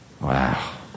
Wow